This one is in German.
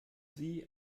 sie